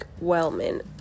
Wellman